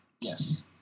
Yes